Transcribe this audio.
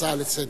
הצעה לסדר-היום.